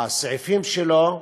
הסעיפים שלו,